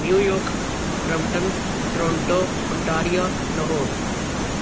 New York Brampton Toronto Ontario Lahore